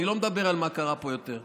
אני לא מדבר על מה שקרה פה יותר.